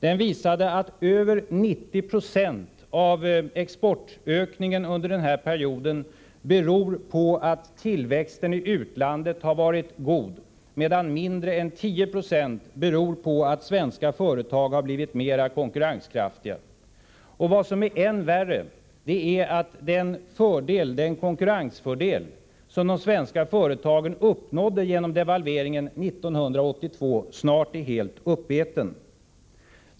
Den visar att över 90 90 av exportökningen under denna period beror på att tillväxten i utlandet har varit god, medan mindre än 10 96 beror på att svenska företag har blivit mer konkurrenskraftiga. Vad som är ännu värre är att den konkurrensfördel som de svenska företagen uppnådde genom devalveringen 1982 snart är helt uppäten.